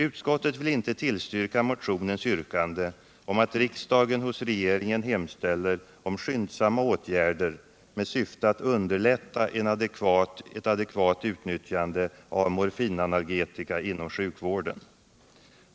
Utskottet vill inte tillstyrka motionens yrkande om att riksdagen hos regeringen hemställer om skyndsamma åtgärder med syfte att underlätta ett adekvat utnyttjande av morfinanalgetika inom sjukvården.